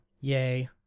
yay